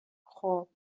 خوب